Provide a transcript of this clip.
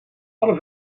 alle